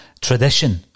tradition